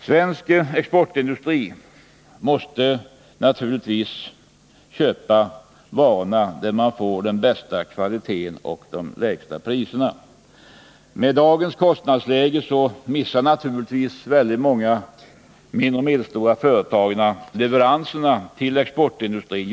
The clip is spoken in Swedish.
Svensk exportindustri måste naturligtvis köpa varorna där man får bästa kvaliteten till de lägsta priserna. Med dagens kostnadläge missar naturligtvis många mindre och medelstora företag leveranser till exportindustrin.